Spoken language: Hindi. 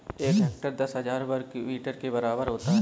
एक हेक्टेयर दस हजार वर्ग मीटर के बराबर होता है